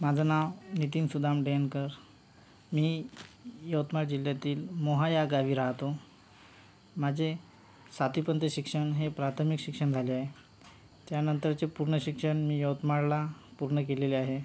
माझं नाव नितीन सुदाम डेमकर मी यवतमाळ जिल्ह्यातील मोहा या गावी राहतो माझे सातवीपर्यंत शिक्षण हे प्राथमिक शिक्षण झाले आहे त्यानंतरचे पूर्ण शिक्षण मी यवतमाळला पूर्ण केलेले आहे